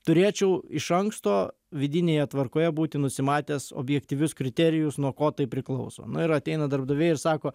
turėčiau iš anksto vidinėje tvarkoje būti nusimatęs objektyvius kriterijus nuo ko tai priklauso nu ir ateina darbdaviai ir sako